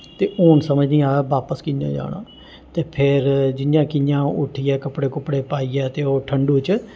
ते हून समझ निं आ दा बापस कि'यां जाना ते फिर जि'यां कि'यां उट्ठियै कपड़े कुपड़े पाइयै ते ओह् ठंडु च